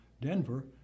Denver